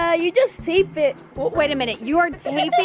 ah you just tape it wait a minute. you are taping.